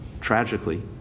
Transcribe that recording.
tragically